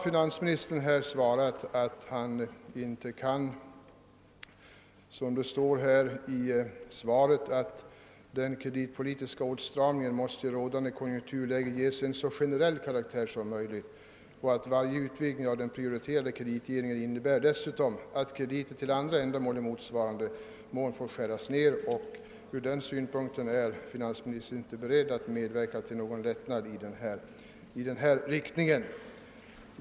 Finansministern har svarat följande: »Den kreditpolitiska åtstramningen måste i det rådande konjunkturläget ges en så generell karaktär som möjligt. Varje utvidgning av den prioriterade kreditgivningen innebär dessutom att krediter till andra ändamål i motsvarande mån får skäras ner.» Mot denna bakgrund är finansministern inte beredd att medverka till någon lättnad i denna riktning.